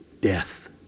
death